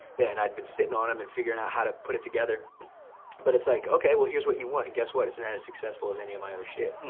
yeah and i've been sitting on them and figuring out how to put it together but it's like okay, well here's what you want. and guess what, it's not as successful as any of my other shit. and